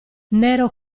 nero